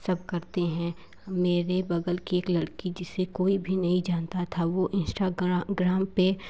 सब करते हैं मेरे बगल की एक लड़की जिसे कोई भी नहीं जानता था वो इंस्टाग्राम ग्राम पर